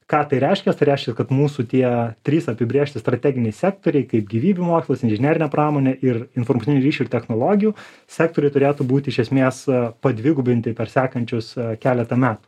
ką tai reiškias tai reiškia kad mūsų tie trys apibrėžti strateginiai sektoriai kaip gyvybių mokslas inžinerinė pramonė ir informacinių ryšio ir technologijų sektoriai turėtų būti iš esmės padvigubinti per sekančius keletą metų